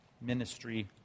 Ministry